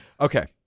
Okay